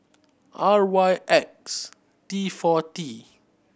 R Y X T four T